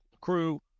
crew